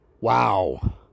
wow